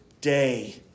day